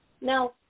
Now